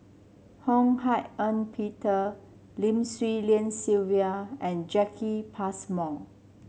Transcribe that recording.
Ho Hak Ean Peter Lim Swee Lian Sylvia and Jacki Passmore